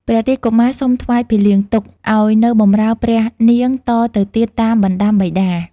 ព្រះរាជកុមារសុំថ្វាយភីលៀងទុក ឱ្យនៅបម្រើព្រះនាងតទៅទៀតតាមបណ្ដាំបិតា។